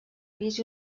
pis